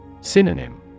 Synonym